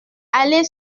allée